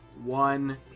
one